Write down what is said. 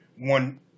one